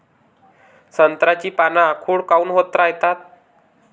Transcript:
संत्र्याची पान आखूड काऊन होत रायतात?